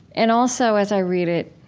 and also, as i read it,